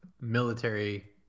military